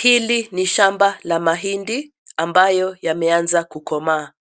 Hili ni shamba la mahindi, ambayo yameanza kukomaa.